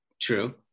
True